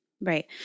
Right